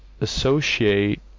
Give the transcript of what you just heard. associate